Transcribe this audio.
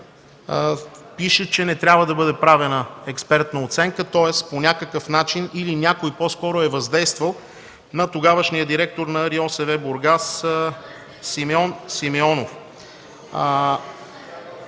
пише, че не трябва да бъде правена експертна оценка, тоест по някакъв начин, или някой по-скоро е въздействал на тогавашния директор на РИОСВ – Бургас, Симеон Симеонов.